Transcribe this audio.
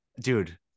Dude